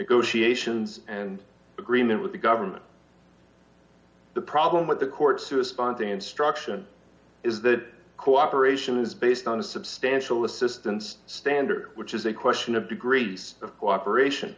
go she ations and agreement with the government the problem with the courts respond to instruction is that cooperation is based on substantial assistance standard which is a question of degrees of cooperation